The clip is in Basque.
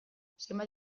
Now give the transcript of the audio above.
zenbat